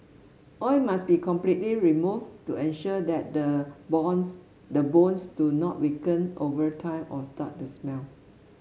oil must be completely removed to ensure that the bones the bones do not weaken over time or start to smell